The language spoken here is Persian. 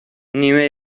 نیمه